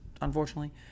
Unfortunately